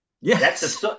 yes